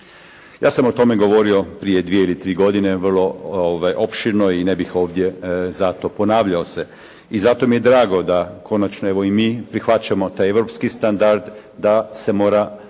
Ja sam o tome govorio prije dvije ili tri godine vrlo opširno i ne bih ovdje zato ponavljao se. I zato mi je drago da konačno, evo i mi prihvaćamo taj europski standard da se mora